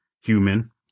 human